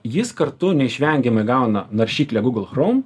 jis kartu neišvengiamai gauna naršyklę gūgl chrom